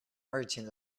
merchant